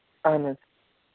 اَہَن حظ